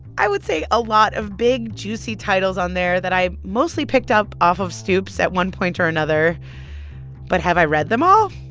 i would say, a lot of big, juicy titles on there that i mostly picked up off of stoops at one point or another but have i read them all?